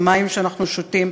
המים שאנחנו שותים,